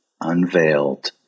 unveiled